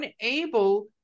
unable